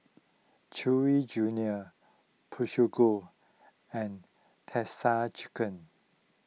Chewy Junior Peugeot and Texas Chicken